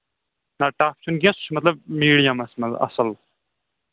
نہ ٹَف چھُنہٕ کیٚنٛہہ سُہ چھُ مطلب میٖڈیَمس منٛز اَصٕل